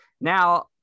now